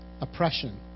Oppression